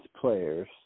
players